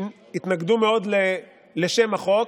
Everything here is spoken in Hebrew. התנגדו מאוד לשם החוק,